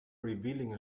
revealing